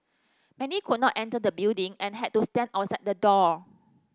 many could not enter the building and had to stand outside the door